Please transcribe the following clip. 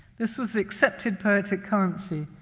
this was accepted poetic currency,